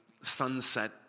sunset